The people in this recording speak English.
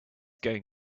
going